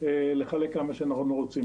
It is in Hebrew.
לחלק כמה שאנחנו רוצים.